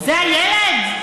זה ילד?